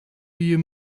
you